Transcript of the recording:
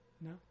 no